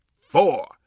four